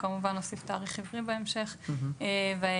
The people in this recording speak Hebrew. כמובן שנוסיף תאריך עברי בהמשך, "ואילך.